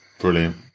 Brilliant